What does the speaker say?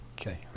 Okay